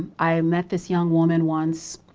i met this young woman once,